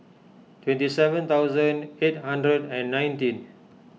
twenty seven thousand eight hundred and nineteen